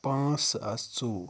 پانٛژھ ساس ژوٚوُہ